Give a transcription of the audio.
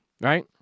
right